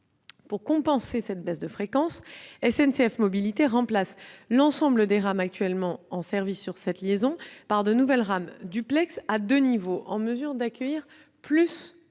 Pour compenser cette baisse de fréquence, SNCF Mobilités remplace l'ensemble des rames actuellement en service sur cette liaison par de nouvelles rames Duplex à deux niveaux, en mesure d'accueillir plus de voyageurs.